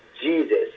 Jesus